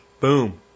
boom